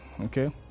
okay